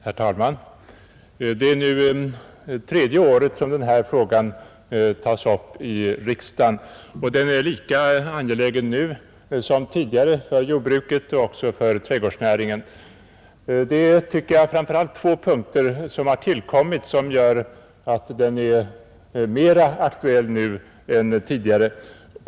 Herr talman! Det är nu tredje året som denna fråga tas upp i riksdagen, och den är lika angelägen nu som tidigare för jordbruket och även för trädgårdsnäringen. Framför allt är det, tycker jag, två punkter som har tillkommit och som gör att frågan är mera aktuell nu än tidigare.